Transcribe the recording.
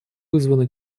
вызвано